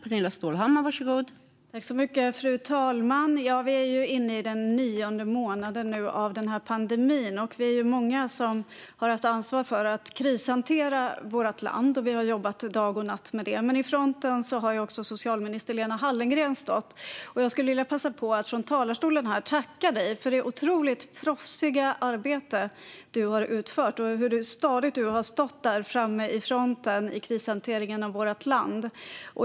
Fru talman! Vi är inne i den nionde månaden av pandemin. Vi är många som har haft ansvar för att krishantera vårt land. Vi har jobbat dag och natt med det. Socialminister Lena Hallengren har stått i fronten. Jag skulle vilja passa på att från talarstolen tacka dig för det otroligt proffsiga arbete du har utfört och för hur stadigt du har stått framme i fronten i krishanteringen av vårt land.